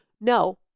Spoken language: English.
No